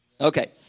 Okay